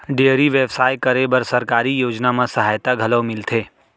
dairy बेवसाय करे बर सरकारी योजना म सहायता घलौ मिलथे